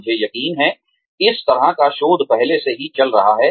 मुझे यकीन है इस तरह का शोध पहले से ही चल रहा है